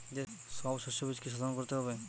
সব শষ্যবীজ কি সোধন করতে হবে?